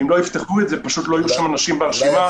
אם לא יפתחו את זה פשוט לא יהיו אנשים ברשימה -- נכון,